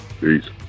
Peace